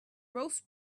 roast